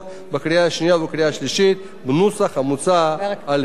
שנייה ובקריאה שלישית בנוסח המוצע על-ידי הוועדה.